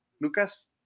lucas